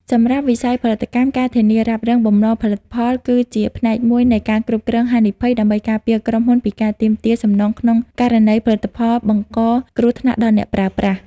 សម្រាប់វិស័យផលិតកម្ម ការធានារ៉ាប់រង បំណុលផលិតផល គឺជាផ្នែកមួយនៃ ការគ្រប់គ្រងហានិភ័យ ដើម្បីការពារក្រុមហ៊ុនពីការទាមទារសំណងក្នុងករណីផលិតផលបង្កគ្រោះថ្នាក់ដល់អ្នកប្រើប្រាស់។